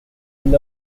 fill